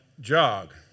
jog